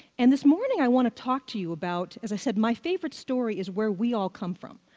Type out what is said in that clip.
and this morning, i want to talk to you about, as i said, my favorite story is where we all come from.